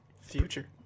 Future